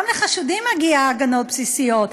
גם לחשודים מגיעות הגנות בסיסיות.